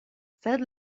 sed